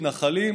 מתנחלים,